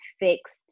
fixed